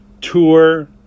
tour